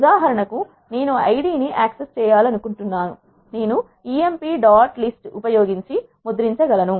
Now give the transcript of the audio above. ఉదాహరణకు నేను నేను ఐడీ ని యాక్సెస్ చేయాలనుకుంటున్నాను నేను emp dot list ఉపయోగించి అది ముద్రించ గలను